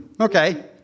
okay